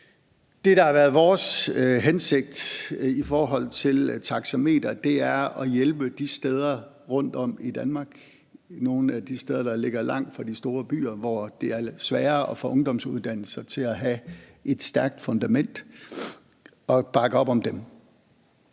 Det, der har været vores hensigt i forhold til taxameter, er at hjælpe nogle af de steder rundtom i Danmark, der ligger langt fra de store byer, hvor det er lidt sværere at få ungdomsuddannelser til at have et stærkt fundament, og bakke op om dem.